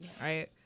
right